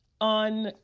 on